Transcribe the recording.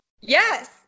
yes